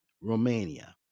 Romania